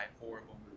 horrible